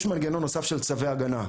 יש מנגנון נוסף של צווי הגנה.